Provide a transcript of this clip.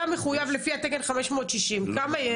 אתה מחויב לפי התקן 560, כמה יש?